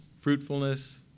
fruitfulness